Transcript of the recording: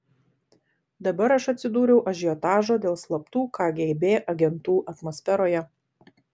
dabar aš atsidūriau ažiotažo dėl slaptų kgb agentų atmosferoje